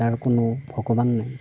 যাৰ কোনো ভগৱান নাই